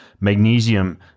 Magnesium